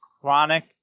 chronic